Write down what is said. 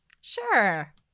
Sure